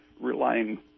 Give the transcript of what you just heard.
relying